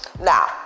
Now